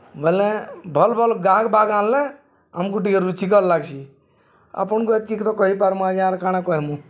ବଲେ ଭଲ୍ ଭଲ୍ ଗାହାକ୍ ବାହାକ୍ ଆନ୍ଲେ ଆମ୍କୁ ଟିକେ ରୁଚିକର୍ ଲାଗ୍ସି ଆପଣକୁ ଏତ୍କି ତ କହିପାର୍ମୁ ଆଜ୍ଞା ଆର୍ କାଣା କହେମୁ